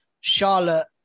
Charlotte